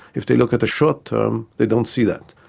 if they look at the short term, they don't see that.